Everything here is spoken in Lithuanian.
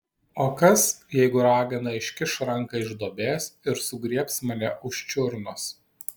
o kas jeigu ragana iškiš ranką iš duobės ir sugriebs mane už čiurnos